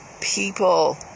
people